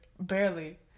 Barely